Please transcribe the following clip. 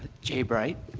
jay bright.